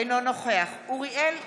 אינו נוכח אוריאל בוסו,